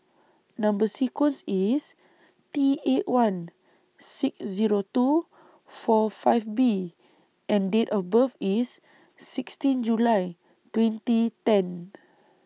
Number sequence IS T eight one six Zero two four five B and Date of birth IS sixteen July twenty ten